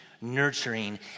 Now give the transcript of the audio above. nurturing